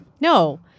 No